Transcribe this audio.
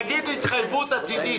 נגיד שזו התחייבות עתידית,